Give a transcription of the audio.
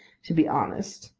to be honest.